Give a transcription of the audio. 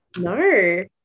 No